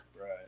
Right